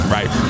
Right